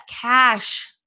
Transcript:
cash